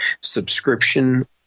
subscription